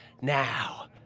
now